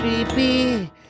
Creepy